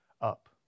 up